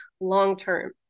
long-term